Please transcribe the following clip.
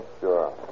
Sure